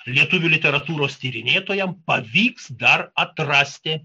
lietuvių literatūros tyrinėtojam pavyks dar atrasti